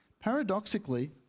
paradoxically